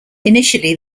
initially